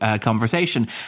conversation